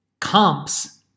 comps